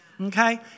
Okay